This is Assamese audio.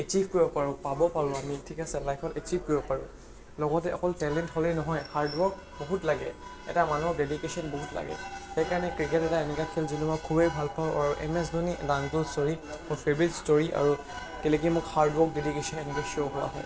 এচিভ কৰিব পাৰোঁ পাব পাৰোঁ আমি ঠিক আছে লাইফত এচিভ কৰিব পাৰোঁ লগতে অকল টেলেণ্ট হ'লেই নহয় হাৰ্ড ৱৰ্ক বহুত লাগে এটা মানুহৰ ডেডিকেশ্যন বহুত লাগে সেইকাৰণে ক্ৰিকেট এটা এনেকুৱা খেল যিটো মই খুবেই ভাল পাওঁ আৰু M S Dhoni the untold story মোৰ ফেভৰেট ষ্ট'ৰী আৰু কেলৈ কি মোক হাৰ্ড ৱৰ্ক ডেডিকেশ্যন এনেকৈ শ্ব' কৰা হয়